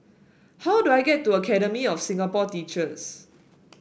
how do I get to Academy of Singapore Teachers